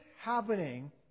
happening